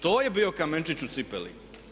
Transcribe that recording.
To je bio kamenčić u cipeli.